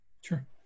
Sure